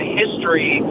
history